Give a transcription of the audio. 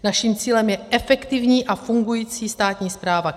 Naším cílem je efektivní a fungující státní správa.